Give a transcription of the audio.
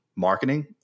marketing